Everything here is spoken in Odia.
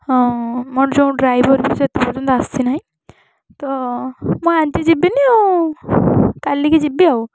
ହଁ ମୋର ଯେଉଁ ଡ୍ରାଇଭର ବି ସେ ଏତେ ପର୍ଯ୍ୟନ୍ତ ଆସିନାହିଁ ତ ମୁଁ ଆଜି ଯିବିନି ଆଉ କାଲିକି ଯିବି ଆଉ